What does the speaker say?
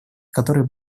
который